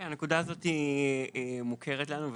כן, הנקודה הזאת מוכרת לנו.